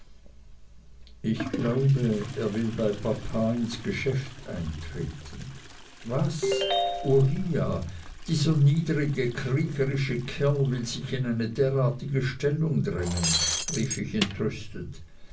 ich glaube er will bei papa ins geschäft eintreten was uriah dieser niedrige kriecherische kerl will sich in eine derartige stellung drängen rief ich entrüstet